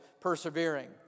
persevering